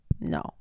no